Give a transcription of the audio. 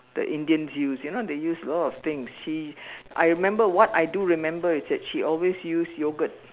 the Indians use you know they use a lot of things she I remember what I do remember is that she always use yogurt